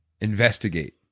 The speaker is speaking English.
investigate